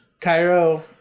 Cairo